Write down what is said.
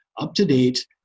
up-to-date